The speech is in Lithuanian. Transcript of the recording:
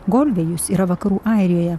golvėjus yra vakarų airijoje